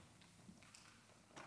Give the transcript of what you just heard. חמש